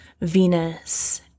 venus